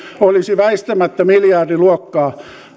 olisi väistämättä miljardiluokkaa